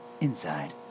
inside